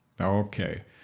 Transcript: Okay